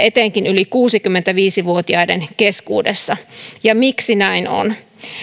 etenkin yli kuusikymmentäviisi vuotiaiden keskuudessa ja miksi näin on